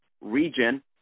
region